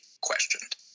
questioned